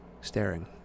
staring